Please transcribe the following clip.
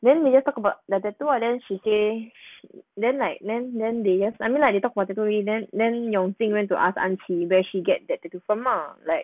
then we just talk about the tattoo lah then she say then like then then they just I mean like they talk about the tattoo already then then yong jing went to ask an qi where she get that tattoo from lah like